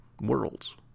worlds